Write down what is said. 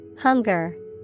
Hunger